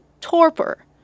Torpor